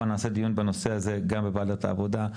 נעשה דיון בנושא הזה גם בוועדת העבודה,